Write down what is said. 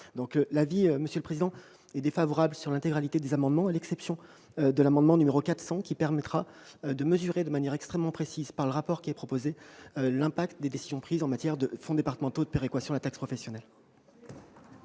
L'avis du Gouvernement est donc défavorable sur l'intégralité des amendements, à l'exception de l'amendement n° I-400, qui permettra de mesurer de manière extrêmement précise, par le rapport qui est proposé, l'impact des décisions prises en matière de fonds départementaux de péréquation de la taxe professionnelle.